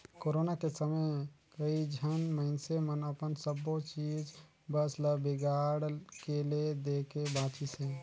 corona के समे कइझन मइनसे मन अपन सबो चीच बस ल बिगाड़ के ले देके बांचिसें